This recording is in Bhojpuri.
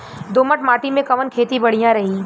दोमट माटी में कवन खेती बढ़िया रही?